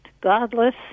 godless